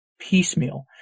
piecemeal